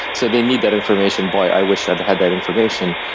so they need that information boy, i wish i'd had that information.